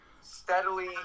steadily